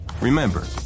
Remember